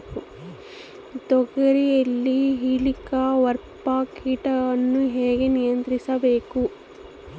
ತೋಗರಿಯಲ್ಲಿ ಹೇಲಿಕವರ್ಪ ಕೇಟವನ್ನು ಹೇಗೆ ನಿಯಂತ್ರಿಸಬೇಕು?